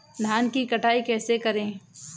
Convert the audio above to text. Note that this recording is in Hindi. धान की कटाई कैसे करें?